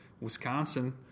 Wisconsin